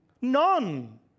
None